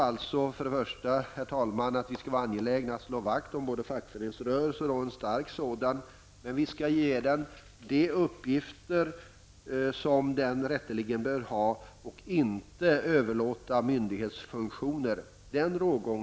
Jag tror att vi först och främst bör vara angelägna om att slå vakt om fackföreningsrörelsen, och en stark sådan, men vi skall ge den de uppgifter som den rätteligen bör ha och inte överlåta myndighetsfunktioner till den.